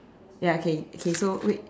ya okay okay so wait